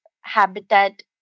habitat